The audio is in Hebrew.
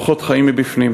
אורחות חיים מבפנים.